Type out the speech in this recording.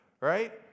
Right